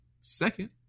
second